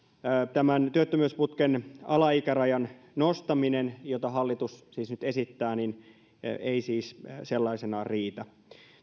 tämä työttömyysputken alaikärajan nostaminen jota hallitus nyt esittää ei siis sellaisenaan riitä